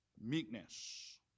meekness